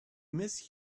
miss